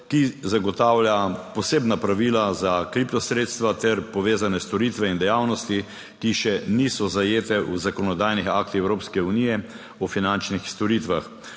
ki zagotavlja posebna pravila za kriptosredstva ter povezane storitve in dejavnosti, ki še niso zajete v zakonodajnih aktih Evropske unije o finančnih storitvah.